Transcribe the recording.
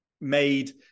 made